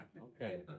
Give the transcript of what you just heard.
Okay